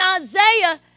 Isaiah